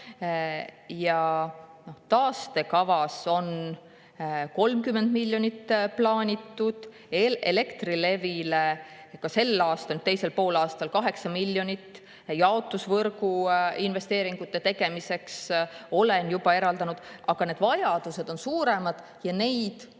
Taastekavas on 30 miljonit plaanitud Elektrilevile, ka selle aasta teiseks poolaastaks olen juba 8 miljonit jaotusvõrgu investeeringute tegemiseks eraldanud. Aga need vajadused on suuremad ja neid